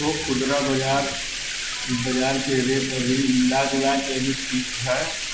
खुदरा बाजारके रेट अभी मिलाजुलाके अभी ठीक हइ